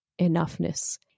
enoughness